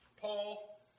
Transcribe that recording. Paul